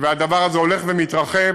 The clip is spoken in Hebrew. והדבר הזה הולך ומתרחב,